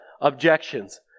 objections